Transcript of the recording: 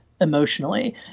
emotionally